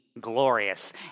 glorious